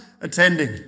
attending